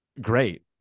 Great